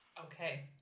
Okay